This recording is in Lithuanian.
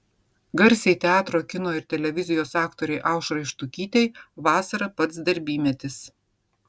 garsiai teatro kino ir televizijos aktorei aušrai štukytei vasara pats darbymetis